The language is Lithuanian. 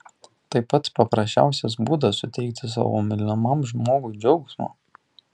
tai pats paprasčiausias būdas suteikti savo mylimam žmogui džiaugsmo